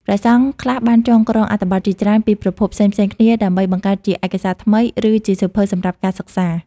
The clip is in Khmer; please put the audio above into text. ព្រះសង្ឃខ្លះបានចងក្រងអត្ថបទជាច្រើនពីប្រភពផ្សេងៗគ្នាដើម្បីបង្កើតជាឯកសារថ្មី ឬជាសៀវភៅសម្រាប់ការសិក្សា។